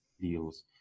deals